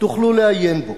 תוכלו לעיין בו.